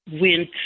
went